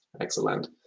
Excellent